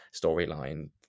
storyline